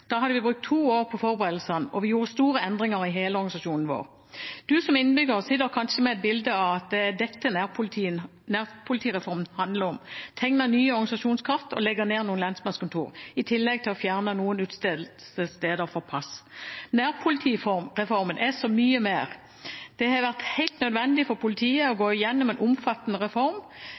Da hadde vi brukt to år på forberedelsene, og vi gjorde store endringer i hele organisasjonen vår. Du som innbygger sitter kanskje med bildet av at det er dette nærpolitireformen handler om - tegne nye organisasjonskart og legge ned noen lensmannskontorer, i tillegg til å fjerne noen utstedelsessteder for pass. Nærpolitireformen er så mye mer. Det har vært helt nødvendig for politiet å gå gjennom en omfattende reform.